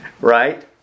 Right